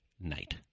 night